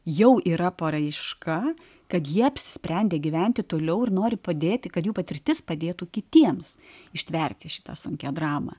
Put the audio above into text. jau yra paraiška kad jie apsprendė gyventi toliau ir nori padėti kad jų patirtis padėtų kitiems ištverti šitą sunkią dramą